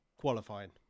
qualifying